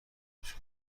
گوش